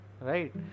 right